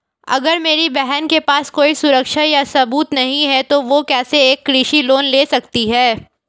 अगर मेरी बहन के पास कोई सुरक्षा या सबूत नहीं है, तो वह कैसे एक कृषि लोन ले सकती है?